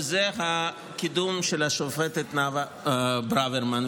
וזה הקידום של השופטת נאוה ברוורמן,